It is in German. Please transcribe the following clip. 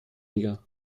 liga